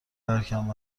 ترکم